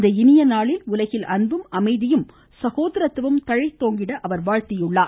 இந்த இனிய நாளில் உலகில்அன்பும் அமைதியும் சகோதரத்துவமும் தழைத்தோங்கிட வாழ்த்தியுள்ளார்